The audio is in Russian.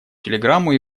телеграмму